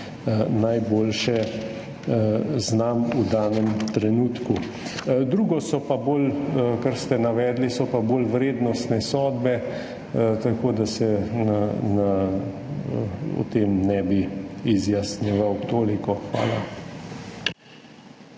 najboljše znam v danem trenutku. Drugo so pa bolj, kar ste navedli, so pa bolj vrednostne sodbe, tako da se o tem ne bi izjasnjeval. Toliko. Hvala.